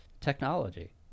technology